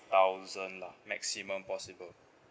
thousand lah maximum possible